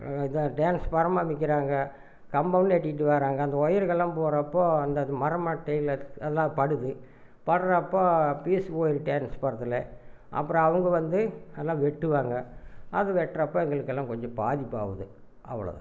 இதுதான் டிரான்ஸ்ஃபாரமும் அமைக்கிறாங்க கம்பமும் நட்டிட்டு வராங்க அந்த ஒயர்கள்லாம் போகிறப்போ அந்த மர மட்டைகள் எல்லாம் படுது படுகிறப்ப பீஸ் போயிடுது ட்ரான்ஸ்ஃபாரத்தில் அப்புறம் அவங்க வந்து அதலாம் வெட்டுவாங்க அது வெட்டுறப்ப எங்களுக்கெல்லாம் கொஞ்சம் பாதிப்பாகுது அவ்வளோ தான்